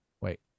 Wait